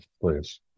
please